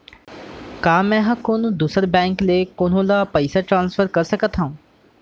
का मै हा कोनहो दुसर बैंक ले कोनहो ला पईसा ट्रांसफर कर सकत हव?